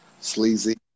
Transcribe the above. Sleazy